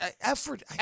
Effort